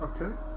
Okay